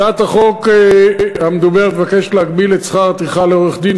הצעת החוק המדוברת מבקשת להגביל את שכר הטרחה של עורך-דין,